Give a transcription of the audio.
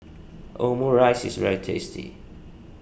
Omurice is very tasty